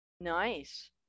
Nice